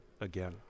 again